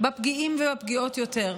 בפגיעים ובפגיעות יותר.